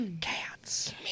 Cats